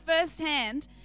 firsthand